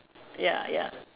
ya ya